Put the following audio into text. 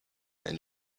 and